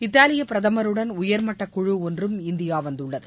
இத்தாலிய பிரதமருடன் உயர்மட்டக்குழு ஒன்றும் இந்தியா வந்துள்ளது